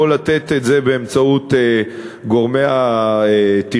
או לתת את זה באמצעות גורמי התכנון,